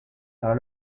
para